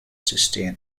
sustain